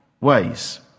ways